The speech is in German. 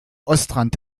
ostrand